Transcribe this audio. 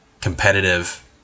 competitive